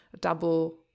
double